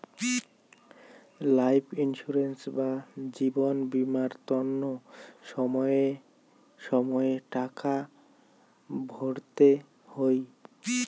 life insurance বা জীবন বীমার তন্ন সময়ে সময়ে টাকা ভরতে হই